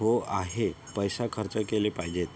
हो आहे पैसा खर्च केले पाहिजेत